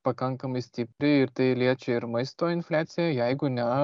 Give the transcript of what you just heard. pakankamai stipriai ir tai liečia ir maisto infliaciją jeigu ne